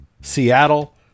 Seattle